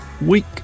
week